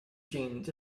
jeans